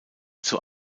zur